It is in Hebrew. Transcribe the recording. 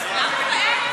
שלוש דקות.